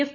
F